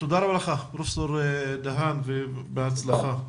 תודה רבה פרופ' דהאן ובהצלחה.